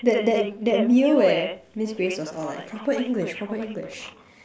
that that that meal where miss grace was all like proper English proper English